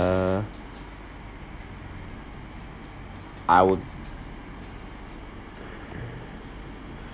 I would